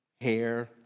hair